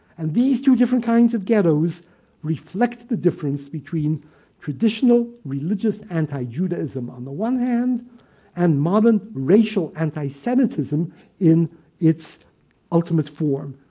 and these two different kinds of ghettos reflect the difference between traditional religious anti-judaism on the one hand and modern racial antisemitism in its ultimate form.